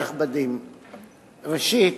ראשית,